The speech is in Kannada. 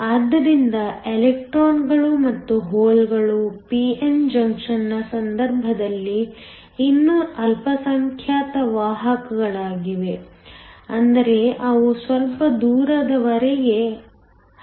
ಆದ್ದರಿಂದ ಎಲೆಕ್ಟ್ರಾನ್ಗಳು ಮತ್ತು ಹೋಲ್ಗಳು p n ಜಂಕ್ಷನ್ನ ಸಂದರ್ಭದಲ್ಲಿ ಇನ್ನೂ ಅಲ್ಪಸಂಖ್ಯಾತ ವಾಹಕಗಳಾಗಿವೆ ಅಂದರೆ ಅವು ಸ್ವಲ್ಪ ದೂರದವರೆಗೆ ಹರಡಬಹುದು